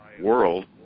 world